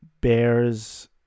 Bears